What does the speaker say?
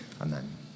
Amen